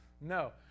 No